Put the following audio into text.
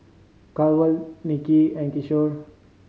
Kanwaljit and Kishore